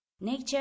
Nature